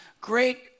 great